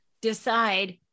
decide